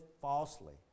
falsely